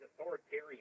authoritarian